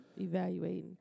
evaluating